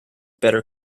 better